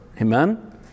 Amen